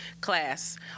class